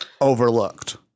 overlooked